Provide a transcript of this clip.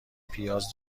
پیاز